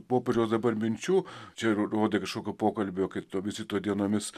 popiežiaus dabar minčių čia ro rodė kažkokio pokalbio kai to vizito dienomis